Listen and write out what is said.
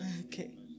Okay